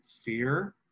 fear